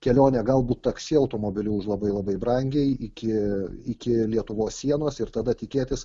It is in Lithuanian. kelionę galbūt taksi automobiliu už labai labai brangiai iki iki lietuvos sienos ir tada tikėtis